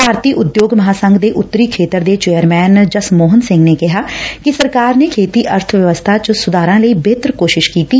ਭਾਰਤੀ ਉਦਯੋਗ ਮਹਾਂਸੰਘ ਦੇ ਉੱਤਰੀ ਖੇਤਰ ਦੇ ਚੇਅਰਮੈਨ ਜਸਮੋਹਨ ਸਿੰਘ ਨੇ ਕਿਹਾ ਕਿ ਸਰਕਾਰ ਨੇ ਖੇਤੀ ਅਰਥਵਿਵਸਥਾ ਚ ਸੁਧਾਰਾਂ ਲਈ ਬਿਹਤਰ ਕੋਸ਼ਿਸ਼ ਕੀਤੀ ਐ